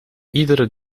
iedere